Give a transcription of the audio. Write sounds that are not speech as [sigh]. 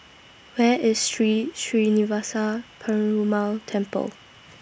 Where IS Sri [noise] Srinivasa Perumal Temple